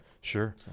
Sure